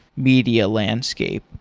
media landscape.